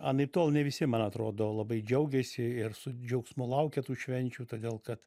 anaiptol ne visi man atrodo labai džiaugiasi ir su džiaugsmu laukia tų švenčių todėl kad